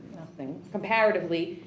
nothing. comparatively,